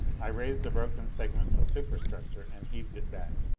i raised a broken segment of superstructure and heaved it back.